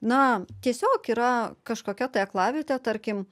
na tiesiog yra kažkokia tai aklavietė tarkim